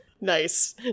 Nice